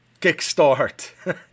kickstart